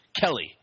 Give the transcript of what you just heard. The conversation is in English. Kelly